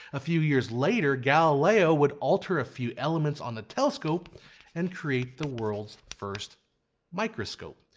a few years later galileo would alter a few elements on the telescope and create the world's first microscope.